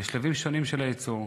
בשלבים שונים של הייצור,